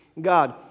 God